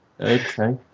Okay